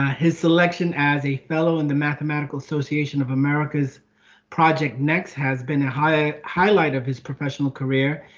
ah his selection as a fellow in the mathematical association of america's project. next has been a highlight highlight of his professional karere,